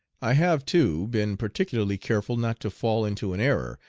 i have, too, been particularly careful not to fall into an error,